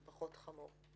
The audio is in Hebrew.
זה פחות חמור.